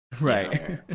Right